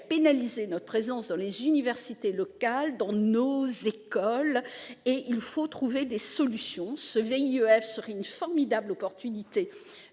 pénalisé notre présence, tant dans les universités locales que dans nos écoles. Il faut trouver des solutions. Ce VIEF serait une formidable occasion